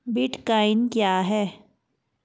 Bitcoin क्या है?